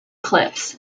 cliffs